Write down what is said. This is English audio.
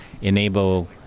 enable